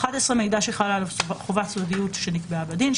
(11)מידע שחלה עליו חובת סודיות שנקבעה בדין,